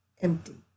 empty